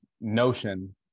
notion